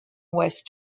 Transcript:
west